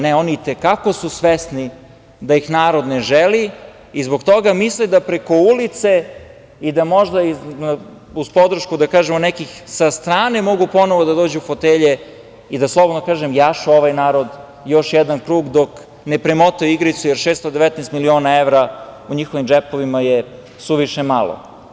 Ne, oni i te kako su svesni da ih narod ne želi i zbog toga misle da preko ulice i da možda uz podršku, da kažemo, nekih sa strane mogu ponovo da dođu do fotelje i da slobodno kažem, jašu ovaj narod još jedan krug dok ne premotaju igricu, jer 619 miliona evra u njihovim džepovima je suviše malo.